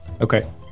Okay